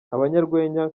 abanyarwenya